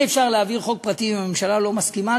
אי-אפשר להעביר חוק פרטי אם הממשלה לא מסכימה,